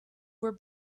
were